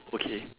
okay